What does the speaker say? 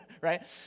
right